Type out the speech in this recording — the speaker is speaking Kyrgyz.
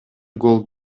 гол